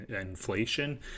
inflation